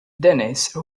denise